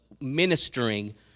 ministering